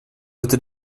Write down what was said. этой